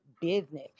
business